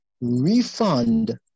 refund